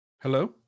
Hello